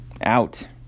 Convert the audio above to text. out